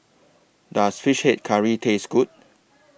Does Fish Head Curry Taste Good